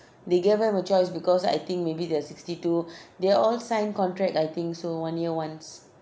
they gave them a choice because I think maybe their sixty two they all sign contract I think so one year once